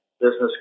business